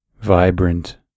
vibrant